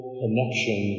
connection